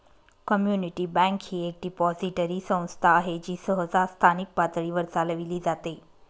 community bank ही एक depository संस्था आहे जी सहसा स्थानिक पातळीवर चालविली जाते